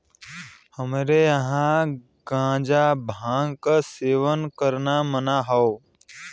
हमरे यहां गांजा भांग क सेवन करना मना हौ